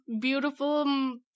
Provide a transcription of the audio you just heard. beautiful